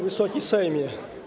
Wysoki Sejmie!